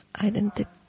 identity